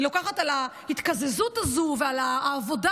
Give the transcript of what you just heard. היא לוקחת על ההתקזזות הזו ועל העבודה